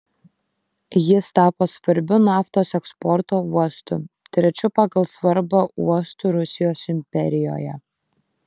jis tapo svarbiu naftos eksporto uostu trečiu pagal svarbą uostu rusijos imperijoje